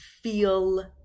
feel